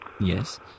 Yes